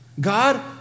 God